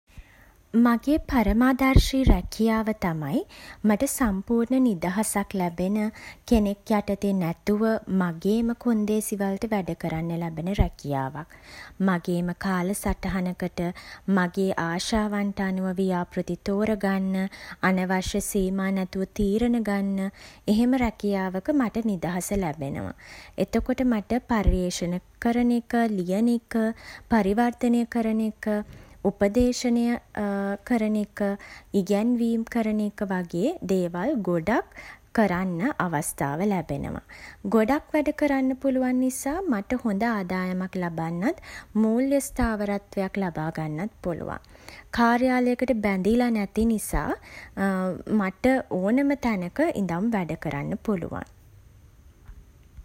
මගේ පරමාදර්ශී රැකියාව තමයි, මට සම්පූර්ණ නිදහසක් ලැබෙන, කෙනෙක් යටතේ නැතුව මගේම කොන්දේසි වලට වැඩ කරන්න ලැබෙන රැකියාවක්. මගේම කාලසටහනකට, මගේ ආශාවන්ට අනුව ව්‍යාපෘති තෝරා ගන්න, අනවශ්‍ය සීමා නැතුව තීරණ ගන්න, එහෙම රැකියාවක මට නිදහස ලැබෙනවා. එතකොට මට පර්යේෂණ කරන එක, ලියන එක, පරිවර්තනය කරන එක, උපදේශනය කරන එක, ඉගැන්වීම් කරන එක වගේ දේවල් ගොඩක් කරන්න අවස්ථාව ලැබෙනවා. ගොඩක් වැඩ කරන්න පුළුවන් නිසා මට හොඳ ආදායමක් ලබන්නත්, මූල්‍ය ස්ථාවරත්වයක් ලබා ගන්නත් පුළුවන්. කාර්යාලයකට බැඳිලා නැති නිසා මට ඕනෙම තැනක ඉදන් වැඩ කරන්න පුළුවන්.